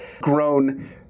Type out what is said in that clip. grown